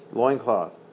loincloth